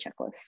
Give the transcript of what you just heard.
checklist